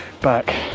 back